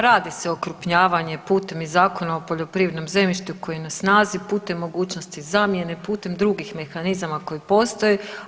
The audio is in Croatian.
Radi se okrupnjavanje putem i Zakona o poljoprivrednom zemljištu koji je na snazi putem mogućnosti zamjene, putem drugih mehanizama koji postoje.